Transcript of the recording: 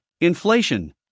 inflation